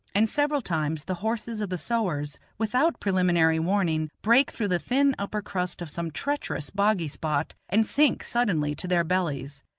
and several times the horses of the sowars, without preliminary warning, break through the thin upper crust of some treacherous boggy spot and sink suddenly to their bellies.